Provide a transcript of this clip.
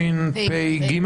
לתשפ"ג?